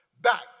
back